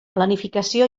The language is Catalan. planificació